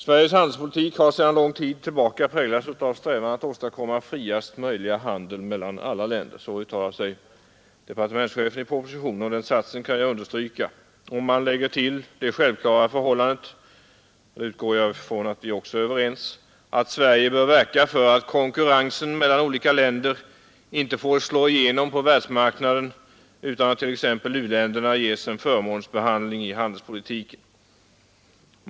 Sveriges handelspolitik har sedan lång tid tillbaka präglats av strävan att åstadkomma frihandel mellan alla länder — så uttalar sig departementschefen i propositionen. Den satsen kan jag understryka, om man lägger till det självklara förhållandet — och det utgår jag ifrån att vi också är överens om — att Sverige bör verka för att konkurrensen mellan olika länder inte får slå igenom på världsmarknaden utan att t.ex. u-länderna ges en förmånsbehandling i handelspolitiken.